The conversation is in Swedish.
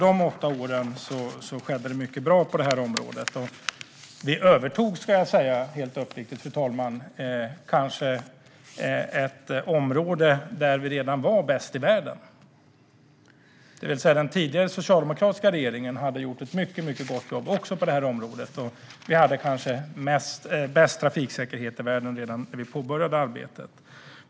Då skedde det många bra saker på området. Jag ska vara uppriktig och säga att vi övertog ett område där Sverige redan var bäst i världen. Den tidigare socialdemokratiska regeringen hade alltså gjort ett mycket gott jobb på området. Sverige hade kanske bäst trafiksäkerhet i världen redan när vi påbörjade vårt arbete.